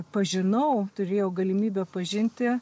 pažinau turėjau galimybę pažinti